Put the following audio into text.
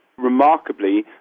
remarkably